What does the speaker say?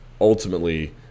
ultimately